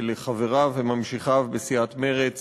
ולחבריו וממשיכיו בסיעת מרצ: